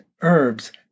herbs